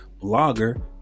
blogger